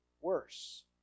worse